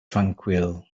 tranquil